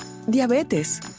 Diabetes